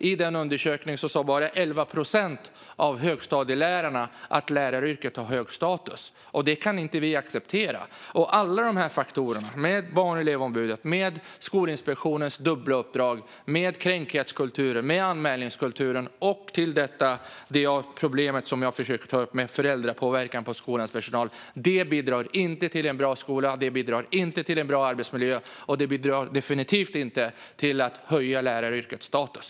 I undersökningen sa dessutom bara 11 procent av högstadielärarna att läraryrket har hög status. Det kan vi inte acceptera. Alla dessa faktorer - Barn och elevombudet, Skolinspektionens dubbla uppdrag, kränkthetskulturen, anmälningskulturen och dessutom problemet med föräldrapåverkan på skolans personal, som är det jag försöker ta upp - bidrar inte till en bra skola. De bidrar inte till en bra arbetsmiljö, och de bidrar definitivt inte till att höja läraryrkets status.